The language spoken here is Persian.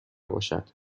باشد